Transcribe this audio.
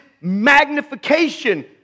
magnification